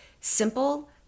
simple